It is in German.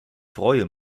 freue